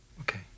Okay